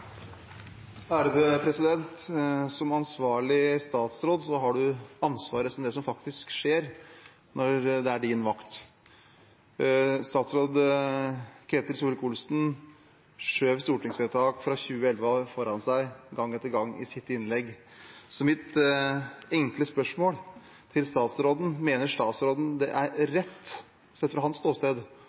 din vakt. Statsråd Ketil Solvik-Olsen skjøv stortingsvedtak fra 2011 foran seg gang etter gang i sitt innlegg. Så mitt enkle spørsmål til statsråden er: Mener statsråden det er rett, sett fra hans ståsted,